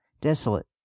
desolate